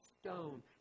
stone